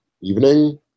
evening